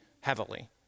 heavily